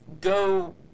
go